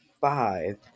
five